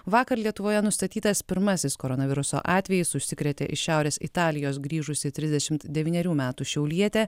vakar lietuvoje nustatytas pirmasis koronaviruso atvejis užsikrėtė iš šiaurės italijos grįžusi trisdešimt devynerių metų šiaulietė